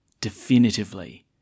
definitively